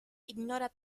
ignora